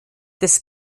des